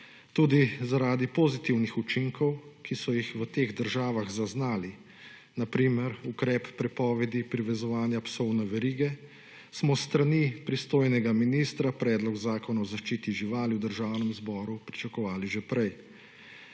Tudi zaradi pozitivnih učinkov, ki so jih v teh državah zaznali, na primer ukrep prepovedi privezovanja psov na verige, smo s strani pristojnega ministra Predlog Zakona o zaščiti živali v Državnem zboru pričakovali že prej.